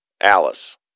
Alice